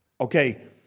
Okay